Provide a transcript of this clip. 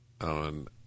on